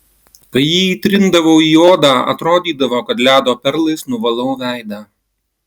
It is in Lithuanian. kai jį įtrindavau į odą atrodydavo kad ledo perlais nuvalau veidą